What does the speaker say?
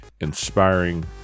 inspiring